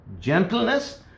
gentleness